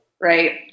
right